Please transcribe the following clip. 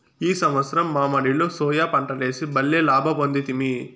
ఈ సంవత్సరం మా మడిలో సోయా పంటలేసి బల్లే లాభ పొందితిమి